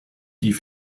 die